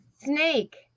Snake